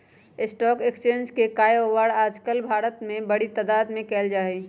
stock exchange के काएओवार आजकल भारत में बडी तादात में कइल जा हई